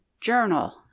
journal